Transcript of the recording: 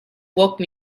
woke